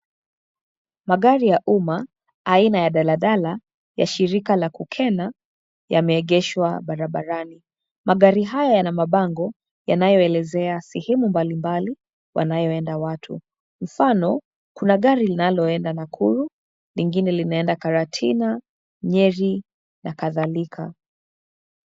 Magari ya uma ya aina ya dala dala ya shirika la kukena, yameegeshwa barabarani. Magari haya yana mabango yanayoelezea sehemu mbali mbali wanayoenda watu. Mfano kuna gari linaloenda Nakuru, lingine linaenda Karatina, Nyeri na kadhalika.